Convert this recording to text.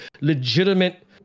legitimate